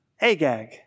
Agag